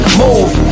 move